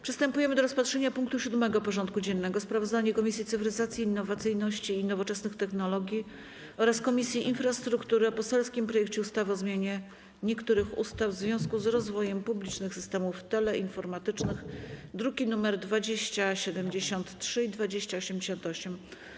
Przystępujemy do rozpatrzenia punktu 7. porządku dziennego: Sprawozdanie Komisji Cyfryzacji, Innowacyjności i Nowoczesnych Technologii oraz Komisji Infrastruktury o poselskim projekcie ustawy o zmianie niektórych ustaw w związku z rozwojem publicznych systemów teleinformatycznych (druki nr 2073 i 2088)